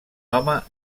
home